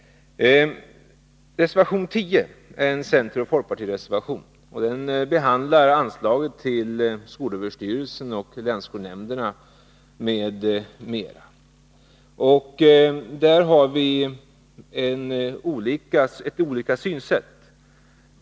Reservation 10, en folkpartioch centerreservation, behandlar anslaget till skolöverstyrelsen. Där har vi olika synsätt.